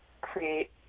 create